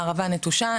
הערבה נטושה.